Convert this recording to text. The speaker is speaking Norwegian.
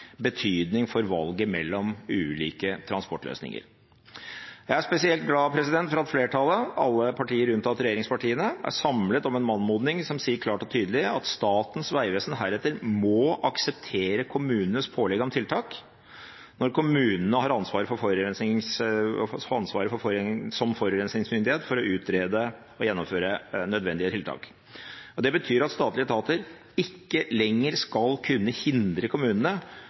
betydning for valget mellom ulike transportløsninger. Jeg er spesielt glad for at flertallet, alle partier unntatt regjeringspartiene, er samlet om en anmodning som sier klart og tydelig at Statens vegvesen heretter må akseptere kommunenes pålegg om tiltak når kommunene har ansvaret som forurensningsmyndighet for å utrede og gjennomføre nødvendige tiltak. Det betyr at statlige etater ikke lenger skal kunne hindre kommunene